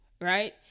right